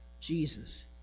Jesus